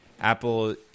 Apple